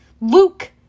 Luke